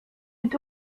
est